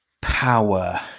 power